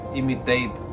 imitate